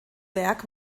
werk